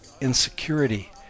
insecurity